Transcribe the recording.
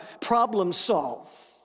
problem-solve